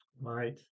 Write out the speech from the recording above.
Right